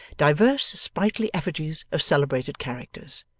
divers sprightly effigies of celebrated characters,